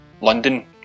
London